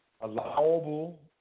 allowable